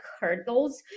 hurdles